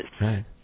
Right